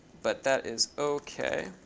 but that is ok.